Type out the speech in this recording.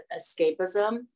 escapism